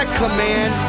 command